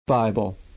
Bible